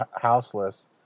houseless